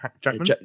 Jackman